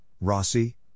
Rossi